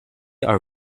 are